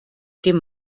dem